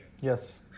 Yes